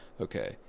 okay